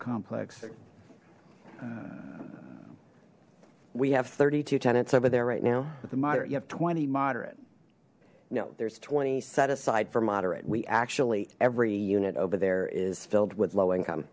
complex we have thirty two tenants over there right now with the moderate you have twenty moderate no there's twenty set aside for moderate we actually every unit over there is filled with low income